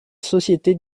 société